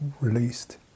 released